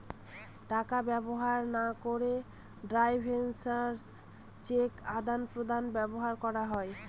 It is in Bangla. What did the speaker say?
টাকা ব্যবহার না করে ট্রাভেলার্স চেক আদান প্রদানে ব্যবহার করা হয়